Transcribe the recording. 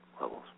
levels